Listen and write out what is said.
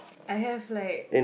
I have like